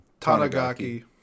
Tanagaki